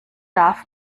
darf